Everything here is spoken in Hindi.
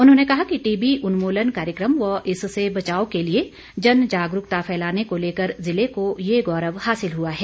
उन्होंने कहा कि टीबी उन्मूलन कार्यक्रम व इससे बचाव के लिए जन जागरूकता फैलाने को लेकर जिले को यह गौरव हासिल हुआ है